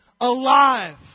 alive